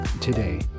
today